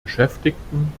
beschäftigten